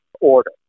order